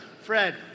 Fred